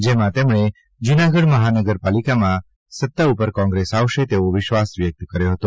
જેમાં તેમણે જૂનાગઢ મહાનગર પાલિકામાં સત્તા ઉપર કોંગ્રેસ આવશે તેવો વિશ્વાસ વ્યક્ત કર્યો હતો